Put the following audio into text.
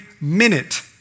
minute